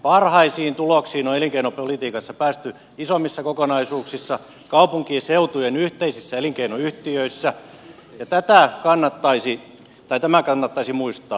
parhaisiin tuloksiin on elinkeinopolitiikassa päästy isommissa kokonaisuuksissa kaupunkiseutujen yhteisissä elinkeinoyhtiöissä tämä kannattaisi muistaa